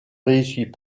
réussit